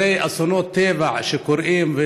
אסונות טבע קורים,